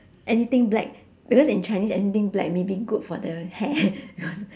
anything black because in chinese anything black maybe good for the hair